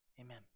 amen